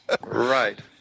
right